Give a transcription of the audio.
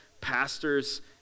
pastors